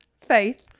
Faith